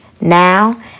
Now